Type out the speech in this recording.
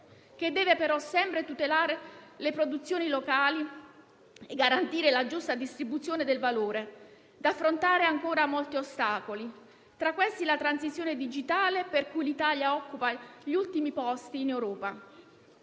che deve però sempre tutelare le produzioni locali e garantire la giusta distribuzione del valore. Ci sono da affrontare ancora molti ostacoli, tra cui la transizione digitale per cui l'Italia occupa gli ultimi posti in Europa.